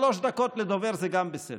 שלוש דקות לדובר זה גם בסדר,